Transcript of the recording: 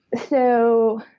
so,